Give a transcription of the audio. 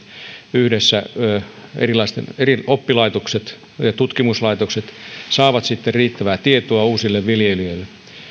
yhdessä eri oppilaitokset ja tutkimuslaitokset saavat sitten riittävää tietoa uusille viljelijöille